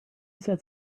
says